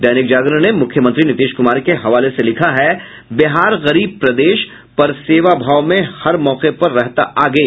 दैनिक जागरण ने मुख्यमंत्री नीतीश कुमार के हवाले से लिखा है बिहार गरीब प्रदेश पर सेवाभाव में हर मौके पर रहता आगे